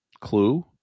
clue